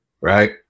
Right